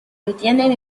obtienen